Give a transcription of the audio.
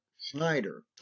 Schneider